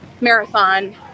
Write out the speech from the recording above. marathon